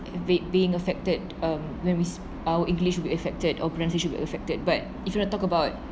be~ being affected um when we our english will be affected pronunciation will be affected but if you talk about